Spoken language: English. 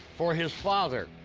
for his father.